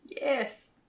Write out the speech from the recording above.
Yes